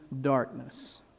darkness